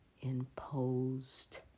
imposed